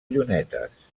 llunetes